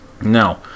Now